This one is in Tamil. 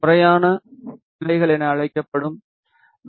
முறையான பிழைகள் என அழைக்கப்படும் வி